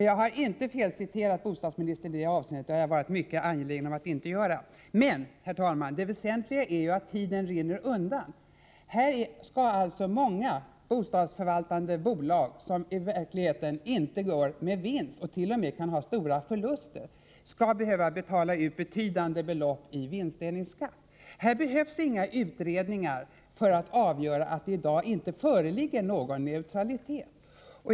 Herr talman! Jag får nog be bostadsministern läsa ordentligt vad jag har sagt. Jag har inte felciterat bostadsministern i det här avseendet. Det har jag varit mycket angelägen om att inte göra. Det väsentliga, herr talman, är dock att tiden rinner undan. Många bostadsförvaltande bolag som i verkligheten inte går med vinst — de kan t.o.m. göra stora förluster — skall alltså behöva betala betydande belopp i vinstdelningsskatt. Här fordras ingen utredning för att avgöra att det i dag inte föreligger någon neutralitet.